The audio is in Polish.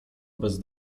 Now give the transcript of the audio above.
bez